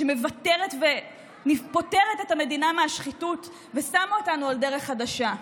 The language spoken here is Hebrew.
שמוותרת ופוטרת את המדינה מהשחיתות ושמה אותנו על דרך חדשה.